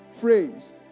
phrase